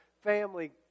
family